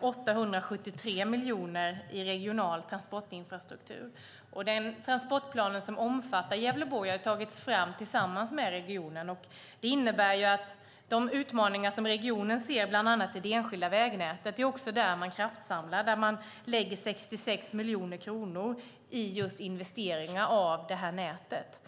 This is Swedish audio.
873 miljoner till regional transportinfrastruktur. Den transportplan som omfattar Gävleborg har tagits fram tillsammans med regionen, och den innebär att man kraftsamlar i de utmaningar regionen ser bland annat i det enskilda vägnätet. Man lägger 66 miljoner kronor i just investeringar av detta nät.